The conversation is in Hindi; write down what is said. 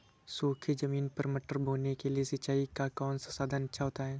सूखी ज़मीन पर मटर बोने के लिए सिंचाई का कौन सा साधन अच्छा होता है?